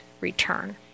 return